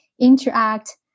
interact